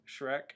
Shrek